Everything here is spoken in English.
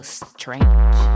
strange